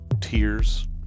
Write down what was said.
tears